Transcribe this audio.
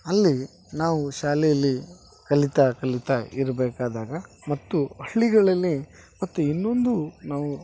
ಅಲ್ಲಿ ನಾವು ಶಾಲೆಯಲ್ಲಿ ಕಲಿತಾ ಕಲಿತಾ ಇರಬೇಕಾದಾಗ ಮತ್ತು ಹಳ್ಳಿಗಳಲ್ಲಿ ಮತ್ತು ಇನ್ನೊಂದು ನಾವು